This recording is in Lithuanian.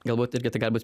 galbūt irgi tai gal būt